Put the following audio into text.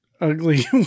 ugly